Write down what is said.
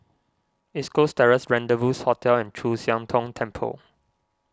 East Coast Terrace Rendezvous Hotel and Chu Siang Tong Temple